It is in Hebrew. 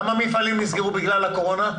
כמה מפעלים נסגרו בגלל הקורונה?